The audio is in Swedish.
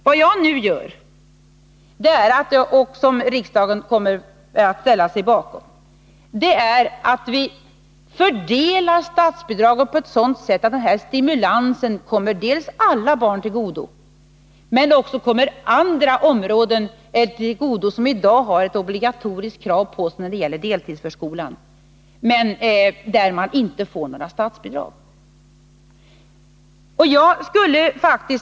Vad jag nu föreslår, och som riksdagen förhoppningsvis kommer att ställa sig bakom, är att vi skall fördela statsbidragen på sådant sätt att denna stimulans dels kommer alla barn till godo, dels kommer andra områden till godo där det i dag föreligger ett obligatoriskt krav när det gäller deltidsförskolan men som inte får några statsbidrag.